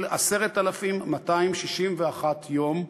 של 10,261 ימים,